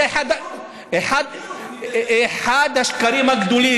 זה אחד השקרים הגדולים.